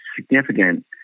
significant